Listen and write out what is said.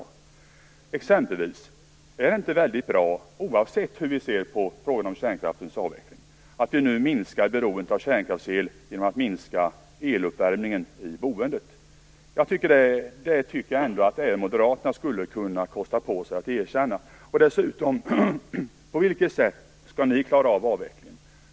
Är det t.ex. inte väldigt bra, oavsett hur vi ser på frågan om kärnkraftens avveckling, att vi nu minskar beroendet av kärnkraftsel genom att minska eluppvärmningen i boendet? Det tycker jag ändå att Moderaterna kunde kosta på sig att erkänna. Dessutom undrar jag: På vilket sätt skall ni klara avvecklingen?